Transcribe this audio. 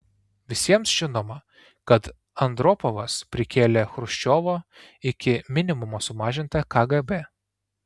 visiems žinoma kad andropovas prikėlė chruščiovo iki minimumo sumažintą kgb